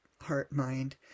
heart-mind